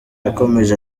yakomeje